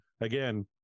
again